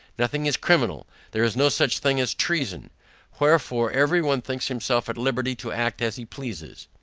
nothing is criminal there is no such thing as treason wherefore, every one thinks himself at liberty to act as he pleases.